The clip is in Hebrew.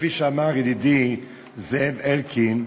כפי שאמר ידידי זאב אלקין,